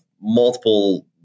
multiple